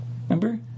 Remember